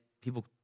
people